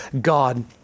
God